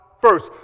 first